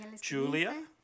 Julia